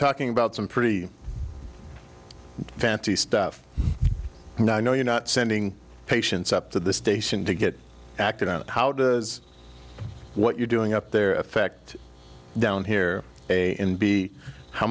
talking about some pretty fancy stuff and i know you're not sending patients up to the station to get acted out how does what you're doing up there affect down here a and b how